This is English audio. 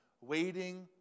waiting